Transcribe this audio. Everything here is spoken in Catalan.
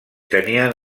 tenien